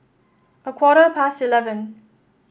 a quarter past eleven